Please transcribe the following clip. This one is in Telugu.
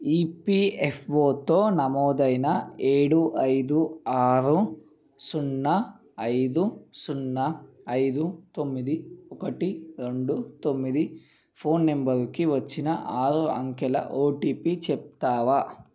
ఈపీఎఫ్ఓతో నమోదైన ఏడు ఐదు ఆరు సున్నా ఐదు సున్నా ఐదు తొమ్మిది ఒకటి రెండు తొమ్మిది ఫోన్ నంబరుకి వచ్చిన ఆరు అంకెల ఓటీపి చెప్తావా